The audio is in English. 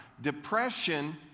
Depression